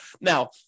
Now